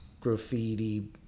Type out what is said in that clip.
graffiti